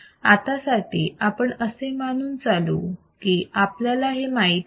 आत्ता साठी आपण असे मानून चालू की आपल्याला हे माहित आहे